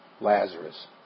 Lazarus